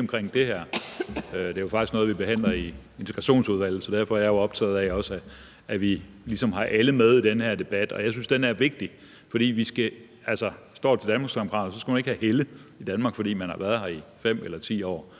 omkring det her. Det er jo faktisk noget, vi behandler i Integrationsudvalget, så derfor er jeg jo også optaget af, at vi ligesom har alle med i den her debat. Jeg synes, den er vigtig, for hvis det står til Danmarksdemokraterne, skal man ikke have helle i Danmark, fordi man har været her i 5 eller 10 år.